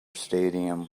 stadium